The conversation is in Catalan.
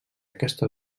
aquesta